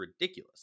ridiculous